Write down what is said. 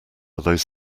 although